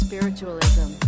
Spiritualism